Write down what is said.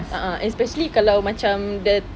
a'ah especially kalau macam the